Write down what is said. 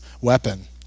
weapon